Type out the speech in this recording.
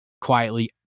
quietly